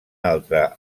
altre